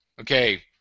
okay